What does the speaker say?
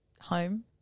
home